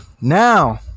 Now